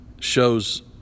shows